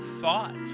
thought